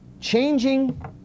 changing